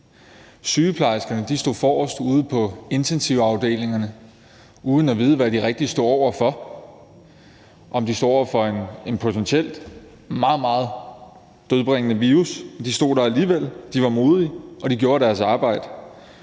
Sygeplejerskerne stod forrest ude på intensivafdelingerne uden at vide, hvad de rigtig stod over for; om de stod over for en potentielt meget, meget dødbringende virus. Men de stod der alligevel. De var modige, og de gjorde deres arbejde.